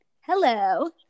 Hello